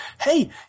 hey